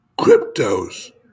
cryptos